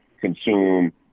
consume